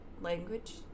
language